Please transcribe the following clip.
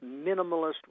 minimalist